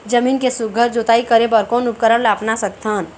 जमीन के सुघ्घर जोताई करे बर कोन उपकरण ला अपना सकथन?